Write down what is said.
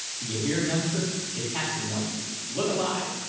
you hear, youngster? the captain wants you. look alive!